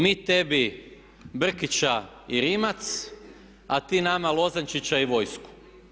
Mi tebi Brkića i Rimac a ti nama Lozančića i vojsku.